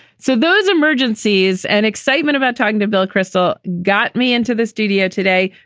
so those emergencies and excitement about talking to bill kristol got me into the studio today.